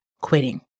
quitting